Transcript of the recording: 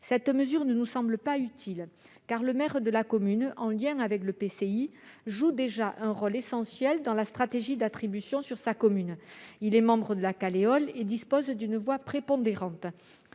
Cette mesure ne nous semble pas utile, car le maire de la commune, en lien avec l'EPCI, joue déjà un rôle essentiel dans la stratégie d'attribution de sa commune : il est membre de la Caleol et dispose d'une voix prépondérante.